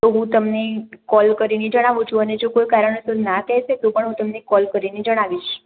તો હું તમને કોલ કરીને જણાવું છું અને જો કોઈ કારણોસર જો ના કહેશે તો પણ હું તમને કોલ કરીને જણાવીશ